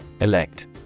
Elect